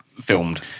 filmed